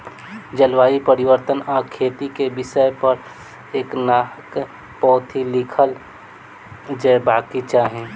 जलवायु परिवर्तन आ खेती के विषय पर एकटा पोथी लिखल जयबाक चाही